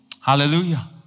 Hallelujah